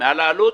מעל העלות?